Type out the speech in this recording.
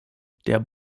den